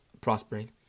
prospering